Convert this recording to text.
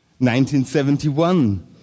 1971